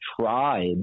tribe